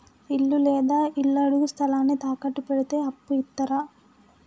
ఇల్లు లేదా ఇళ్లడుగు స్థలాన్ని తాకట్టు పెడితే అప్పు ఇత్తరా?